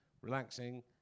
relaxing